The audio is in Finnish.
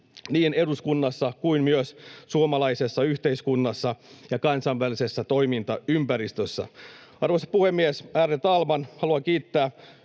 niin eduskunnassa kuin myös suomalaisessa yhteiskunnassa ja kansainvälisessä toimintaympäristössä. Arvoisa puhemies, ärade talman! Haluan kiittää